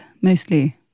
mostly